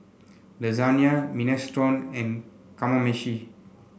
Lasagna Minestrone and Kamameshi